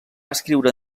escriure